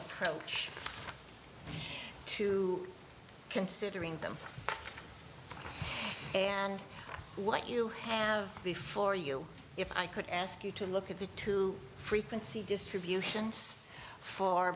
approach to considering them and what you have before you if i could ask you to look at the two frequency distribution for